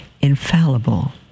infallible